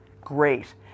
Great